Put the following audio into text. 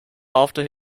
after